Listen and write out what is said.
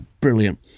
Brilliant